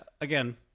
again